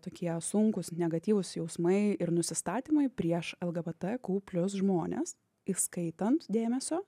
tokie sunkūs negatyvūs jausmai ir nusistatymai prieš lgbtq plius žmones įskaitant dėmesio